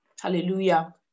hallelujah